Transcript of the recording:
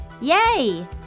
Yay